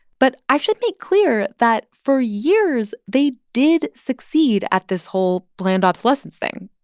but i should make clear that for years, they did succeed at this whole planned obsolescence thing.